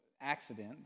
accident